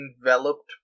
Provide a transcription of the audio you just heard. enveloped